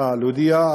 אה, להודיע?